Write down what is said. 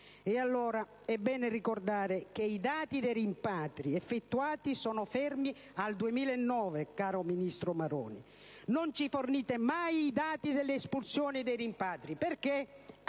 allora ricordare che i dati dei rimpatri effettuati sono fermi al 2009, caro ministro Maroni: non ci fornite mai i dati delle espulsioni e dei rimpatri: perché?